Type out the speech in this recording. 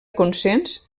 consens